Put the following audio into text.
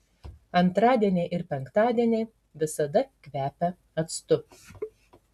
antradieniai ir penktadieniai visada kvepia actu